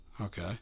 Okay